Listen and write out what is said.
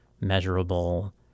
measurable